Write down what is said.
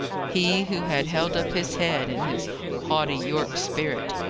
he, who had held up his head, in his haughty yorke spirit,